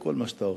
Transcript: כל מה שאתה רוצה.